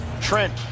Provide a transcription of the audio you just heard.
Trent